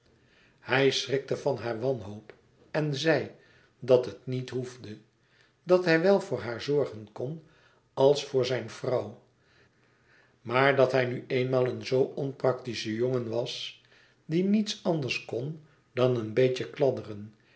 hij schrikte van haar wanhoop en zei dat het niet hoefde dat hij wel voor haar zorgen kon als voor zijn vrouw maar dat hij nu eenmaal zoo een onpractische jongen was die niets kon dan een beetje